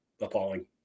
appalling